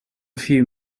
few